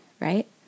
right